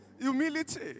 Humility